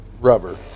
Rubber